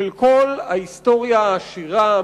של כל ההיסטוריה העשירה,